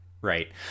right